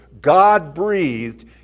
God-breathed